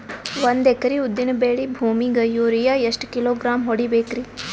ಒಂದ್ ಎಕರಿ ಉದ್ದಿನ ಬೇಳಿ ಭೂಮಿಗ ಯೋರಿಯ ಎಷ್ಟ ಕಿಲೋಗ್ರಾಂ ಹೊಡೀಬೇಕ್ರಿ?